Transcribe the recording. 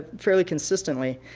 fairly consistently,